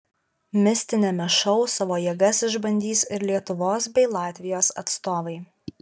mistiniame šou savo jėgas išbandys ir lietuvos bei latvijos atstovai